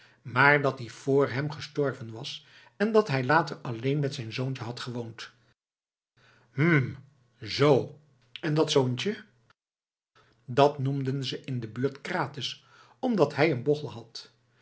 maar dat die vr hem gestorven was en dat hij later alleen met zijn zoontje had gewoond hm zoo en dat zoontje dat noemden ze in de buurt krates omdat hij een bochel had